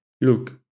look